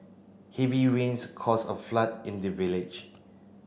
heavy rains caused a flood in the village